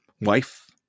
wife